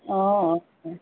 অঁ